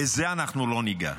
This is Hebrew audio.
בזה אנחנו לא ניגע.